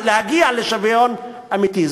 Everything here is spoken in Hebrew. להגיע לשוויון אמיתי.